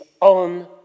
on